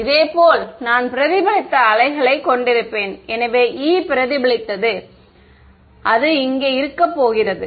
இதேபோல் நான் பிரதிபலித்த வேவ்களைக் கொண்டிருப்பேன் எனவே E பிரதிபலித்தது எனவே இது அங்கே இருக்கப்போகிறது